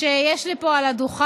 שיש לי פה על הדוכן,